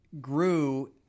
grew